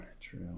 True